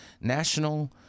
National